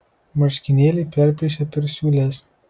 marškinėliai perplyšę per siūles